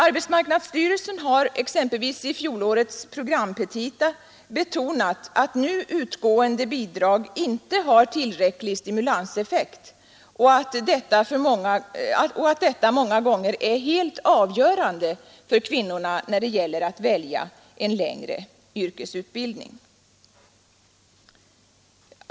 Arbetsmarknadsstyrelsen har exempelvis i fjolårets programpetita betonat att nu utgående bidrag inte har tillräcklig stimulanseffekt och att detta många gånger är helt avgörande för kvinnorna när det gäller att välja en längre yrkesutbildning.